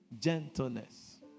Gentleness